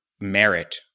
merit